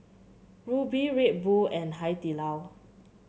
Rubi Red Bull and Hai Di Lao